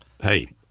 hey